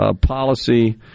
policy